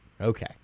Okay